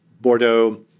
Bordeaux